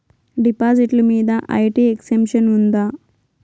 డిపాజిట్లు మీద IT exemption ఉందా?